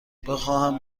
بخواهم